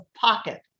pocket